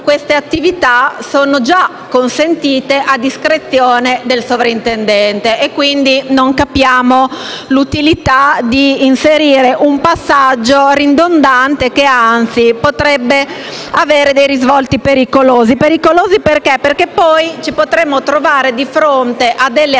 queste attività sono già consentite a discrezione del sovrintendente, quindi, non capiamo l'utilità di inserire un passaggio ridondante che, anzi, potrebbe avere dei risvolti pericolosi, in quanto potremmo poi trovarci di fronte a delle attività